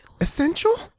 Essential